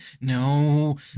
No